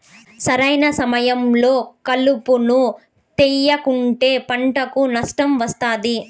సరైన సమయంలో కలుపును తేయకుంటే పంటకు నష్టం వస్తాది